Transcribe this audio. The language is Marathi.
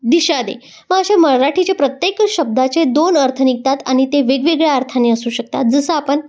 दिशा दे मग अशा मराठीचे प्रत्येक शब्दाचे दोन अर्थ निघतात आणि ते वेगवेगळ्या अर्थाने असू शकतात जसं आपण